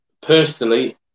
Personally